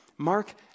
Mark